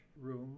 room